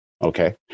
Okay